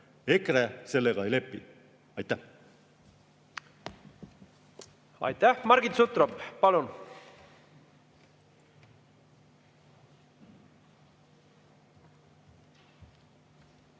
EKRE sellega ei lepi. Aitäh! Aitäh! Margit Sutrop, palun!